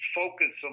focus